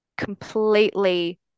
completely